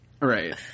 right